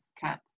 cats